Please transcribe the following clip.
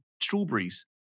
strawberries